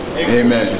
Amen